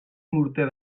morter